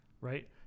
right